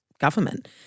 government